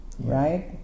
right